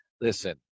listen